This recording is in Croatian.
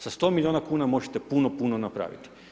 Sa 100 milijuna kuna možete puno, puno napravit.